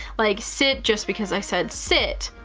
like sit just because i said sit.